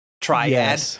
triad